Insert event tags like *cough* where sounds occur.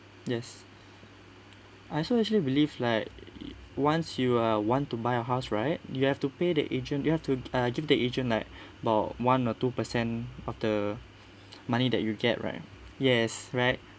yes I also actually believe like once you uh want to buy a house right you have to pay the agent you have to uh give the agent like *breath* about one or two percent of the *breath* money that you get right yes right